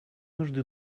нужды